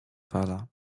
fala